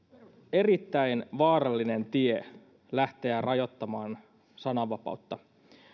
erittäin vaarallinen tie lähteä rajoittamaan sananvapautta